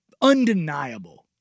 undeniable